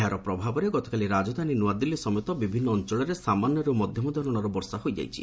ଏହାର ପ୍ରଭାବରେ ଗତକାଲି ରାଜଧାନୀ ନୂଆଦିଲ୍ଲୀ ସମେତ ବିଭିନ୍ନ ଅଞ୍ଚଳରେ ସାମାନ୍ୟରୁ ମଧ୍ୟମ ଧରଣର ବର୍ଷା ହୋଇଯାଇଛି